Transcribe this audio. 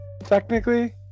Technically